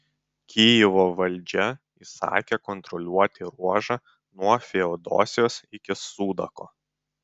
kijevo valdžia įsakė kontroliuoti ruožą nuo feodosijos iki sudako